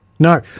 No